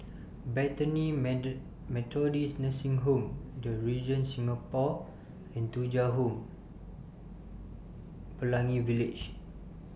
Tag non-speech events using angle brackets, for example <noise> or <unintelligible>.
Bethany <unintelligible> Methodist Nursing Home The Regent Singapore and Thuja Home Pelangi Village